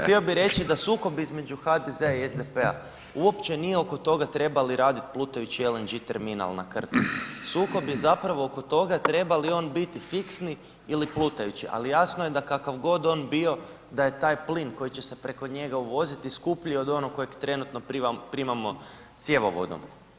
Htio bih reći da sukob između HDZ-a i SDP-a uopće nje oko toga treba li raditi plutajući LNG terminal na Krku, sukob je zapravo oko toga treba li on biti fiksni ili plutajući, ali jasno je da kakav god on bio da je taj plin koji će se preko njega uvoziti skuplji od onoga kojeg trenutno primamo cjevovodom.